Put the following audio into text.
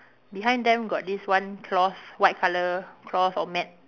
behind them got this one cloth white colour cloth or mat